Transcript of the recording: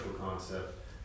concept